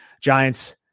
giants